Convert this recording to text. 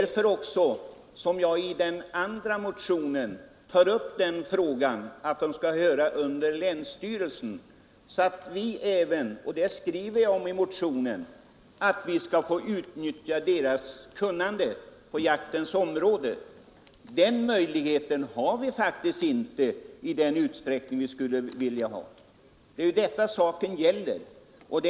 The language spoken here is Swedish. Det är också därför jag i den andra motionen tar upp frågan om att de skall höra under länsstyrelsen så att även vi — det skriver jag om i motionen — kan få utnyttja deras kunnande på jaktens område. Den möjligheten har vi faktiskt inte i den utsträckning vi skulle önska. Det är det saken gäller.